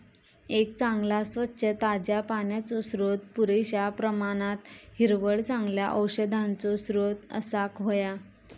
एक चांगला, स्वच्छ, ताज्या पाण्याचो स्त्रोत, पुरेश्या प्रमाणात हिरवळ, चांगल्या औषधांचो स्त्रोत असाक व्हया